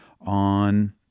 on